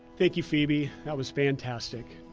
thank you, phoebe. that was fantastic.